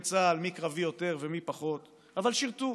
שירתו בצה"ל, מי קרבי יותר ומי פחות, אבל שירתו,